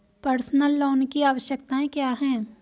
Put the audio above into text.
Personal loan की आवश्यकताएं क्या हैं?